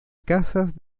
casas